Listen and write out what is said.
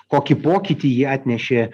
kokį pokytį ji atnešė